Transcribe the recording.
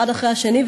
האחד אחרי השני,